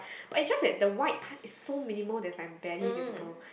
but is just that the white part is so minimal that is like barely visible